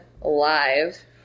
live